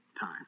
time